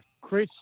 Chris